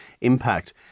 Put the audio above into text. impact